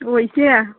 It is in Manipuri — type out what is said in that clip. ꯑꯣ ꯏꯆꯦ